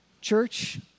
Church